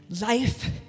life